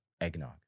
eggnog